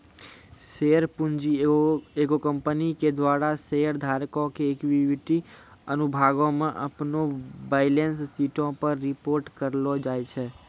share पूंजी एगो company के द्वारा शेयर धारको के इक्विटी अनुभागो मे अपनो बैलेंस शीटो पे रिपोर्ट करलो जाय छै